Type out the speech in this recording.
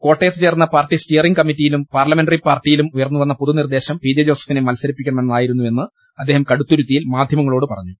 കോട്ടയത്ത് ചേർന്ന party steering കമ്മിറ്റിയിലും പാർലമെന്ററി പാർട്ടിയിലും ഉയർന്നുവന്ന പൊതുനിർദേശം പിജെ ജോസഫിനെ മത്സരിപ്പിക്ക ണമെന്നതായിരുന്നുവെന്ന് അദ്ദേഹം കടുത്തുരുത്തിയിൽ മാധ്യമ ങ്ങളോട് പറഞ്ഞു